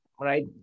right